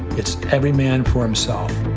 it's every man for himself.